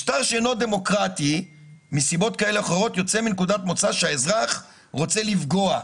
משטר שאינו דמוקרטי יוצא מנקודת מוצא שהאזרח רוצה לפגוע,